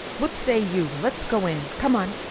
what say you? let's go in. come on.